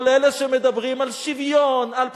כל אלה שמדברים על שוויון ועל פתיחות,